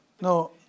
no